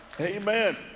Amen